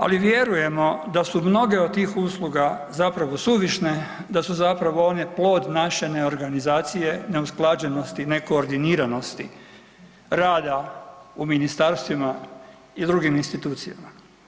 Ali vjerujemo da su mnoge od tih usluga zapravo suvišne, da su zapravo one plod naše ne organizacije, neusklađenosti, nekoordiniranosti rada u ministarstvima i drugim institucijama.